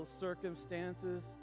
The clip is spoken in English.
circumstances